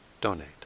donate